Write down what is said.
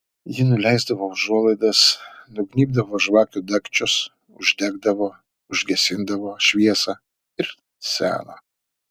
ji nuleisdavo užuolaidas nugnybdavo žvakių dagčius uždegdavo užgesindavo šviesą ir seno